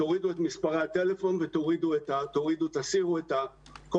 אבל תורידו את מספרי הטלפון ותסירו את כל